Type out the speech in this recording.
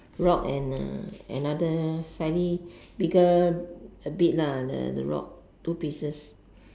rock and a another slightly bigger a bit lah the rock two pieces